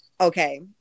Okay